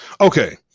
okay